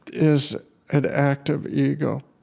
is an act of ego.